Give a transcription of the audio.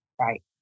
Right